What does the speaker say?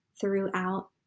throughout